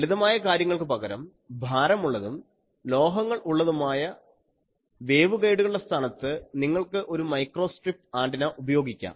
ലളിതമായ കാര്യങ്ങൾക്കു പകരം ഭാരമുള്ളതും ലോഹങ്ങൾ ഉള്ളതുമായ വേവ്ഗൈഡുകളുടെ സ്ഥാനത്ത് നിങ്ങൾക്ക് ഒരു മൈക്രോസ് സ്ട്രിപ്പ് ആന്റിന ഉപയോഗിക്കാം